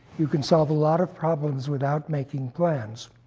you can solve a lot of problems without making plans.